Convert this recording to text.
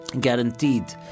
guaranteed